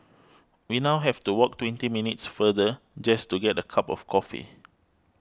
we now have to walk twenty minutes further just to get a cup of coffee